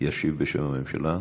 ישיב בשם הממשלה.